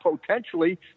potentially